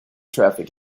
traffic